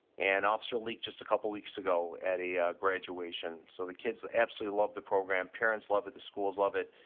and officer leak just a couple of weeks ago at a graduation. so the kids absolutely love the program. parents love it. the schools love it.